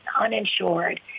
uninsured